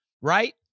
Right